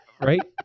Right